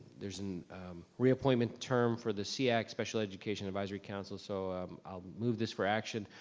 there's an reappointment term for the seac special education advisory council. so um i'll move this for action,